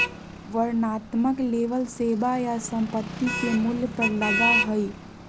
वर्णनात्मक लेबल सेवा या संपत्ति के मूल्य पर लगा हइ